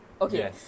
Okay